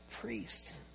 priests